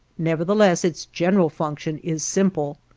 nevertheless its general function is simple.